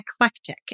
eclectic